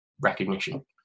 recognition